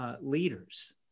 leaders